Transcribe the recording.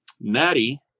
Natty